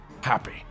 happy